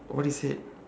what he said